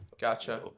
gotcha